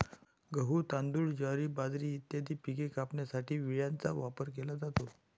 गहू, तांदूळ, ज्वारी, बाजरी इत्यादी पिके कापण्यासाठी विळ्याचा वापर केला जातो